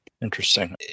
Interesting